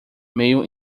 meio